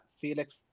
Felix